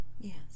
Yes